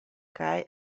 kaj